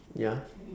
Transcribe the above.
ya